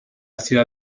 ciudad